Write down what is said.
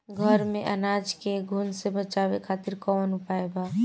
घर में अनाज के घुन से बचावे खातिर कवन उपाय बा?